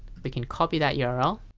but can copy that yeah url